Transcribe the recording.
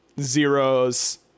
Zeros